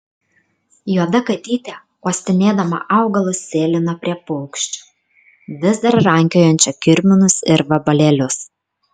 juoda katytė uostinėdama augalus sėlino prie paukščio vis dar rankiojančio kirminus ir vabalėlius